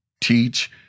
teach